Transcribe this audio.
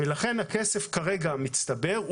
לכן הכסף כרגע מצטבר.